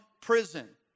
prison